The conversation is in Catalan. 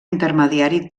intermediari